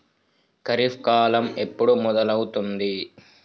ఖరీఫ్ కాలం ఎప్పుడు మొదలవుతుంది?